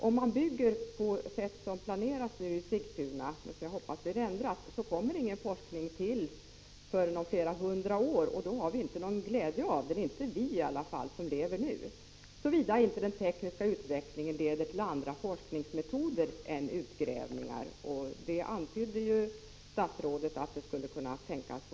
Om man bygger på det sätt som planeras i Sigtuna, men som jag hoppas blir ändrat, så kommer ingen forskning till förrän om flera hundra år, och då har vi ingen glädje av den, i varje fall inte vi som lever nu — såvida inte den tekniska utvecklingen leder till andra forskningsmetoder än utgrävningar. Statsrådet antydde ju att detta skulle kunna tänkas.